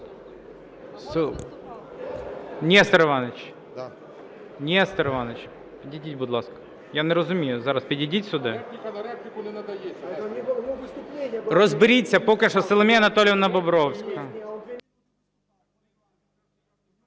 Нестор Іванович, підійдіть, будь ласка. Я не розумію, зараз підійдіть сюди. (Шум у залі) Розберіться. Поки що Соломія Анатоліївна Бобровська.